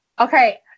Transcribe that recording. Okay